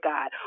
God